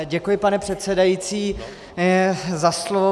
Děkuji, pane předsedající, za slovo.